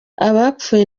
abapfuye